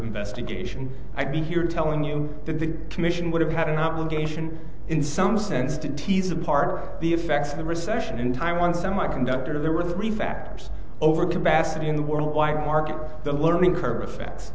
investigation i think your telling you that the commission would have had an obligation in some sense to tease apart the effects of the recession in taiwan semiconductor there were three factors overcapacity in the worldwide market the learning curve effect